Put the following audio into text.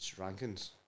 rankings